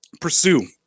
pursue